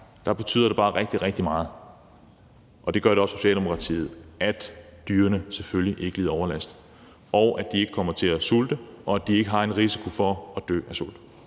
betyder det bare rigtig, rigtig meget, at dyrene selvfølgelig ikke lider overlast, og at de ikke kommer til at sulte, og at de ikke har en risiko for at dø af sult.